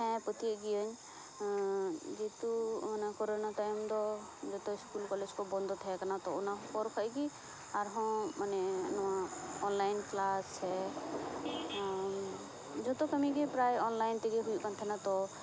ᱦᱮᱸ ᱯᱟᱹᱛᱭᱟᱹᱜ ᱜᱤᱭᱟᱹᱧ ᱡᱮᱦᱮᱛᱩ ᱚᱱᱟ ᱠᱳᱨᱳᱱᱟ ᱛᱟᱭᱚᱢ ᱫᱚ ᱡᱚᱛᱚ ᱥᱠᱩᱞ ᱠᱚᱞᱮᱡᱽ ᱠᱚ ᱵᱚᱱᱫᱚ ᱛᱟᱦᱮᱸ ᱠᱟᱱᱟ ᱛᱳ ᱚᱱᱟ ᱯᱚᱨ ᱠᱷᱚᱱ ᱜᱮ ᱟᱨᱦᱚᱸ ᱢᱟᱱᱮ ᱱᱚᱣᱟ ᱚᱱᱞᱟᱭᱤᱱ ᱠᱮᱞᱟᱥ ᱥᱮ ᱡᱚᱛᱚ ᱠᱟᱹᱢᱤ ᱜᱮ ᱯᱮᱨᱟᱭ ᱚᱱᱞᱟᱭᱤᱱ ᱛᱮᱜᱮ ᱦᱩᱭᱩᱜ ᱠᱟᱱ ᱛᱟᱦᱮᱱᱟ ᱛᱳ